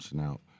out